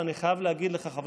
וכמו שאמרתי לך,